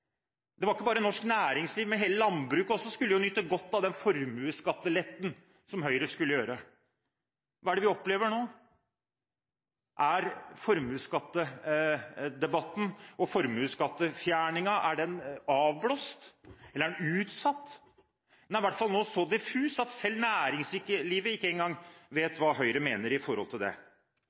Det var ikke bare norsk næringsliv, men hele landbruket skulle også nyte godt av den formuesskatteletten som Høyre skulle gjøre. Hva er det vi opplever nå? Er formuesskattedebatten og formuesskattefjerningen avblåst, eller er den utsatt. Den er i hvert fall nå så diffus at selv næringslivet ikke en gang vet hva Høyre mener om det.